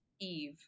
Eve